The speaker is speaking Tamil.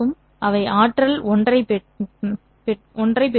அவை ஆற்றல் 1 ஐப் பெற அளவிடப்பட்டுள்ளன